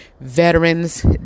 Veterans